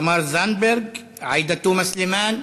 תמר זנדברג, עאידה תומא סלימאן,